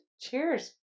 cheers